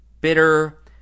bitter